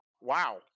Wow